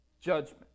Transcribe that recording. judgment